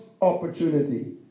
opportunity